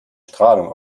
strahlung